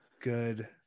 Good